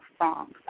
Songs